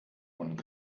und